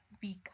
become